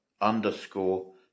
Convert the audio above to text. underscore